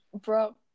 bro